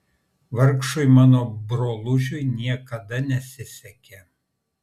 vargšui mano brolužiui niekada nesisekė